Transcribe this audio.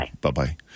Bye-bye